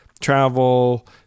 travel